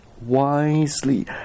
wisely